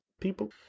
people